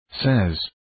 says